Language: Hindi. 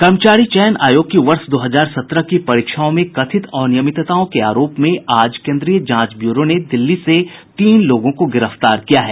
कर्मचारी चयन आयोग की वर्ष दो हजार सत्रह की परीक्षाओं में कथित अनियमितताओं के आरोप में आज केंद्रीय जांच ब्यूरो ने दिल्ली से तीन लोगों को गिरफ्तार किया है